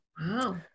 Wow